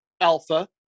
Alpha